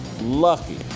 lucky